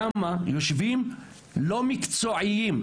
שם יושבים לא מקצועיים.